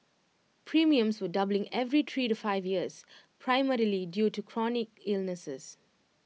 premiums were doubling every three to five years primarily due to chronic illnesses